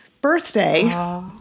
birthday